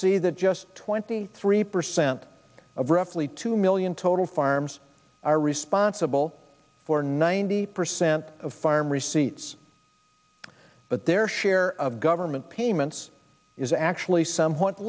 see that just twenty three percent of roughly two million total farms are responsible for ninety percent of farm receipts but their share of government payments is actually somewhat